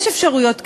יש אפשרויות כאלה.